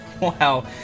Wow